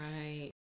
Right